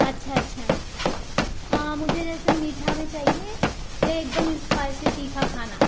अच्छा अच्छा मुझे जैसे मीठा में चाहिए या एकदम स्पाइसी तीखा खाना